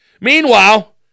Meanwhile